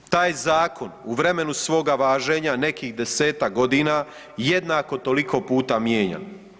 Taj zakon u vremenu svoga važenja nekih 10-tak godina jednako toliko puta mijenjan.